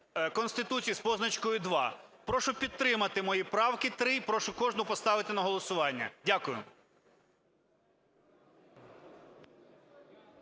Конституції з позначкою два. Прошу підтримати мої правки три і прошу кожну поставити на голосування. Дякую.